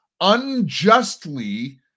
unjustly